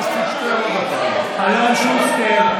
(קורא בשמות חברי הכנסת) אלון שוסטר,